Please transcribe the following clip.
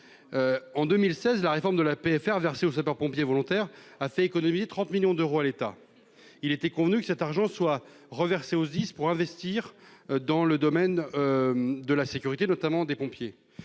de reconnaissance (PFR) versée aux sapeurs-pompiers volontaires a fait économiser 30 millions d'euros à l'État. Il était convenu que cet argent soit reversé aux SDIS pour investir dans le domaine de la sécurité des pompiers.